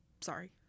sorry